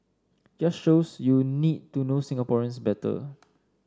just shows you need to know Singaporeans better